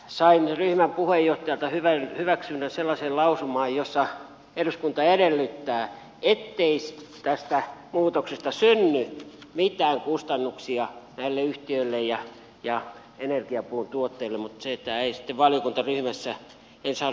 sain ryhmän puheenjohtajalta hyväksynnän sellaiseen lausumaan jossa eduskunta edellyttää ettei tästä muutoksesta synny mitään kustannuksia näille yhtiöille ja energiapuun tuottajille mutta sitä sitten valiokuntaryhmässä en saanut menemään läpi